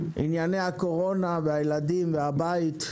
ענייני הקורונה והילדים והבית,